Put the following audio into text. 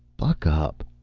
buck up.